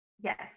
Yes